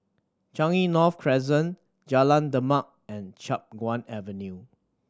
Changi North Crescent Jalan Demak and Chiap Guan Avenue